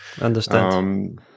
Understand